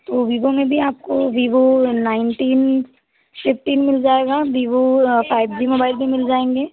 तो वीवो में भी आप को वीवो नाइनटीन फिफ़्टीन मिल जाएगा वीवो फाइव जी मोबाइल भी मिल जाएँगे